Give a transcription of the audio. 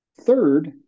Third